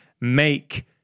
make